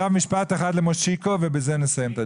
משפט אחד לאליקו ובזה נסיים.